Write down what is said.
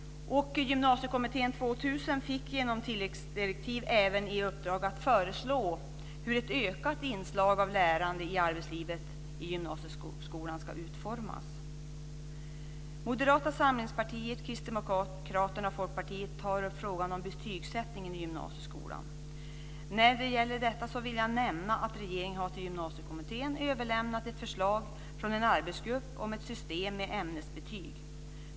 Gymnasiekommittén 2000 fick genom tilläggsdirektiv även i uppdrag att föreslå hur ett ökat inslag av lärande i arbetslivet i gymnasieskolan ska utformas. Folkpartiet tar upp frågan om betygssättning i gymnasieskolan. När det gäller detta vill jag nämna att regeringen har till Gymnasiekommittén 2000 överlämnat ett förslag från en arbetsgrupp om ett system med ämnesbetyg.